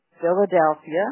Philadelphia